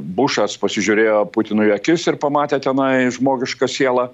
bušas pasižiūrėjo putinui akis ir pamatė tenai žmogišką sielą